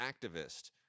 activist